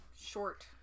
Short